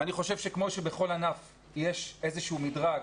אני חושב שכמו שבכל ענף יש איזשהו מדרג,